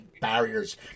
barriers